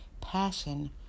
passion